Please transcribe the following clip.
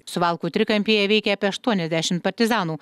suvalkų trikampyje veikė apie aštuoniasdešim partizanų